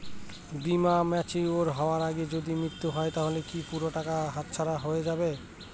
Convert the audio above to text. বীমা ম্যাচিওর হয়ার আগেই যদি মৃত্যু হয় তাহলে কি পুরো টাকাটা হাতছাড়া হয়ে যাবে?